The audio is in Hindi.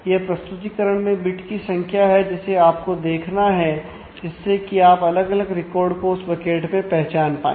यह प्रस्तुतीकरण में बिट की संख्या है जिसे आपको देखना है जिससे कि आप अलग अलग रिकॉर्ड को उस बकेट में पहचान पाए